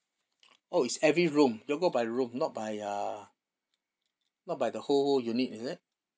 oh it's every room you go by room not by uh not by the whole unit is it